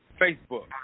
Facebook